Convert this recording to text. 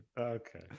okay